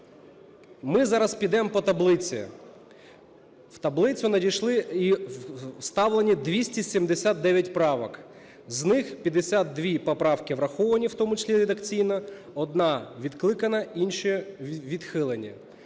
Ми зараз підемо по таблиці. В таблицю надійшли і вставлені 279 правок, з них 52 поправки враховані, у тому числі редакційно, одна відкликана, інші відхилені.